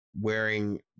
wearing